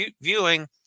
viewing